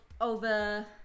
over